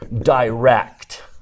direct